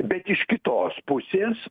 bet iš kitos pusės